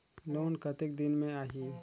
Loan कतेक दिन मे आही?